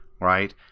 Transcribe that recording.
Right